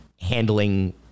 handling